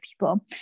people